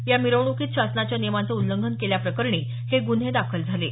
या मिरवणूकीत शासनाच्या नियमांचे उल्लंघन केल्याप्रकरणी हे गुन्हे दाखल झाले आहेत